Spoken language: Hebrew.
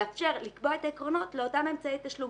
לאפשר לקבוע את העקרונות לאותם אמצעי תשלום